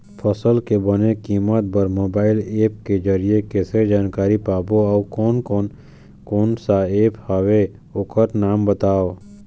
फसल के बने कीमत बर मोबाइल ऐप के जरिए कैसे जानकारी पाबो अउ कोन कौन कोन सा ऐप हवे ओकर नाम बताव?